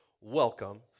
welcome